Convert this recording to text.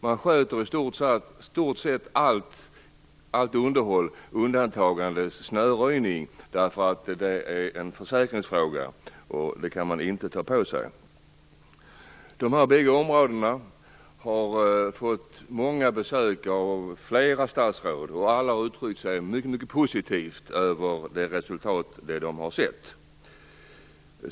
Man sköter i stort sett allt underhåll med undantag för snöröjning. Det är nämligen en försäkringsfråga, och därför kan man inte ta på sig det. Dessa bägge områden har fått många besök av flera statsråd. Alla har uttryckt sig mycket positivt om det resultat som de har sett.